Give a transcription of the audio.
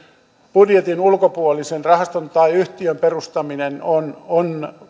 budjetin ulkopuolisen rahaston tai yhtiön perustaminen on on